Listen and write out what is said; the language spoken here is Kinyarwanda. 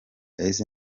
ese